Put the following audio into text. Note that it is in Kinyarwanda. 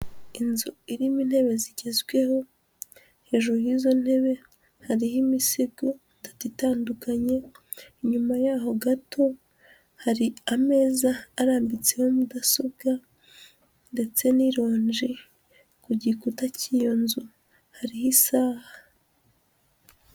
Inzu irimo intebe zigezweho, hejuru y'izo ntebe hariho imisego itatu itandukanye, inyuma y'aho gato hari ameza arambitseho mudasobwa ndetse n'ironji, ku gikuta cy'iyo nzu hari isaaha.